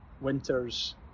winter's